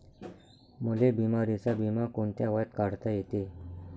मले बिमारीचा बिमा कोंत्या वयात काढता येते?